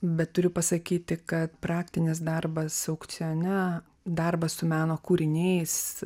bet turiu pasakyti kad praktinis darbas aukcione darbas su meno kūriniais